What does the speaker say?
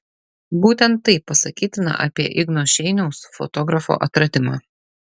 būtent tai pasakytina apie igno šeiniaus fotografo atradimą